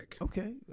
Okay